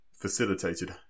facilitated